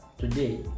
today